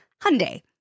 Hyundai